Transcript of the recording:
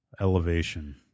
Elevation